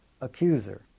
accuser